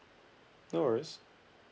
no worries